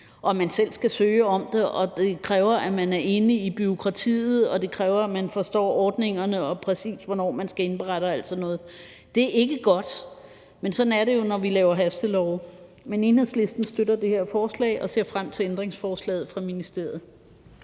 at man selv skal søge om det. Det kræver, at man er inde i bureaukratiet, og det kræver, at man forstår ordningerne og ved, præcis hvornår man skal indberette og alt sådan noget. Det er ikke godt, men sådan er det jo, når vi laver hastelove. Enhedslisten støtter det her forslag og ser frem til ændringsforslaget fra ministeriet.